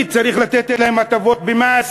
אני צריך לתת להם הטבות במס,